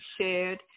shared